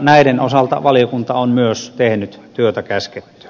näiden osalta valiokunta on myös tehnyt työtä käskettyä